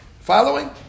Following